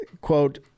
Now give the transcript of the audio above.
quote